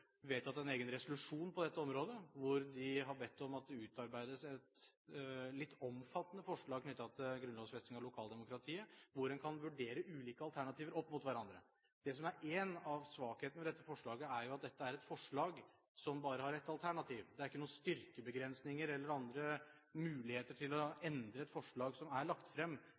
vedtatt en egen resolusjon på dette området, hvor de har bedt om at det utarbeides et litt omfattende forslag knyttet til grunnlovfesting av lokaldemokratiet, hvor en kan vurdere ulike alternativer opp mot hverandre. Det som er en av svakhetene ved dette forslaget, er at dette er et forslag som bare har ett alternativ. Det er ikke noen styrkebegrensninger eller andre muligheter til å endre et forslag som er lagt frem